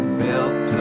built